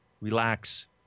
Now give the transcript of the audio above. Relax